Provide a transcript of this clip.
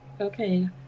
okay